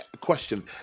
question